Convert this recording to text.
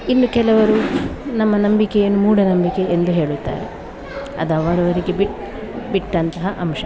ಇನ್ನೂ ಕೆಲವರು ನಮ್ಮ ನಂಬಿಕೆಯನ್ನು ಮೂಢನಂಬಿಕೆ ಎಂದು ಹೇಳುತ್ತಾರೆ ಅದು ಅವರವರಿಗೆ ಬಿಟ್ಟ ಬಿಟ್ಟಂತಹ ಅಂಶ